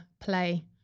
play